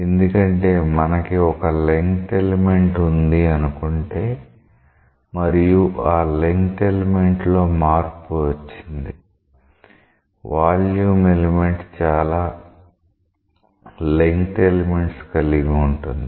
ఎందుకంటే మనకి ఒక లెంగ్త్ ఎలిమెంట్ ఉంది అనుకుంటే మరియు ఆ లెంగ్త్ ఎలిమెంట్ లో మార్పు వచ్చింది వాల్యూమ్ ఎలిమెంట్ చాలా లెంగ్త్ ఎలెమెంట్స్ కలిగి ఉంటుంది